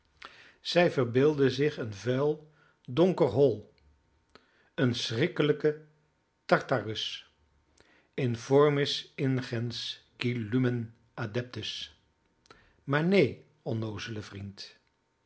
zij verbeelden zich een vuil donker hol een schrikkelijken tartarus informis ingens cui lumen adeptus maar neen onnoozele vriend